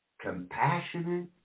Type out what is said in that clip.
compassionate